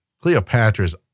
Cleopatra's